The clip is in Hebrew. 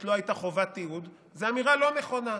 לא הייתה חובת תיעוד זה אמירה לא נכונה,